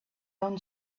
own